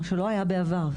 מה שלא היה בעבר,